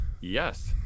Yes